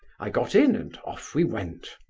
i got in and off we went.